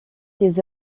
ses